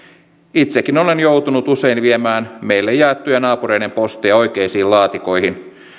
itsekin olen joutunut usein viemään meille jaettuja naapureiden posteja oikeisiin laatikoihin